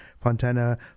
Fontana